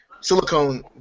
silicone